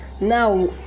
now